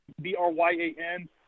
B-R-Y-A-N